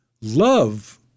love